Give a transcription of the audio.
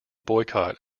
boycott